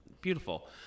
Beautiful